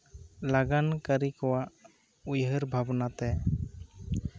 ᱞᱟᱜᱟᱱ ᱠᱟᱹᱨᱤ ᱠᱚᱣᱟᱜ ᱩᱭᱦᱟᱹᱨ ᱵᱷᱟᱵᱽᱱᱟᱛᱮ